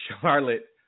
Charlotte